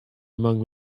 among